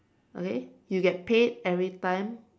okay you get paid every time